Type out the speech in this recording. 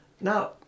now